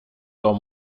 dem